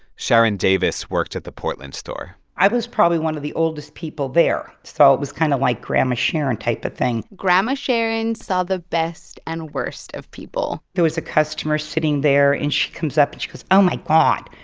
sharon davis worked at the portland store i was probably one of the oldest people there, so it was kind of like grandma sharon type of thing grandma sharon saw the best and worst of people there was a customer sitting there. and she comes up, and she goes, oh, my god,